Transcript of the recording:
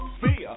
fear